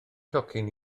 tocyn